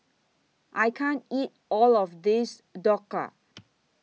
I can't eat All of This Dhokla